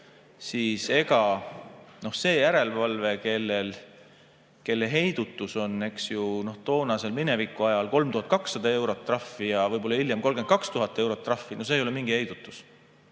siis ega see järelevalve, kelle heidutus oli toonasel minevikuajal 3200 eurot trahvi ja võib-olla hiljem 32 000 eurot trahvi – no see ei ole mingi heidutus.